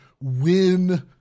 win